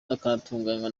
akanatunganywa